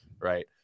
right